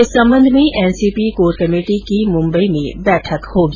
इस संबंध में एनसीपी कौर कमेटी की आज मुम्बई में बैठक होगी